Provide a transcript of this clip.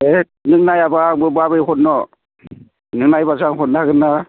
हेह नों नायाबा आंबो माबोरै हरनो नों नायबासो आं हरनो हागोन ना